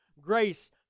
grace